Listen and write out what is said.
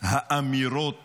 האמירות